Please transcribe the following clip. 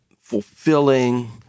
fulfilling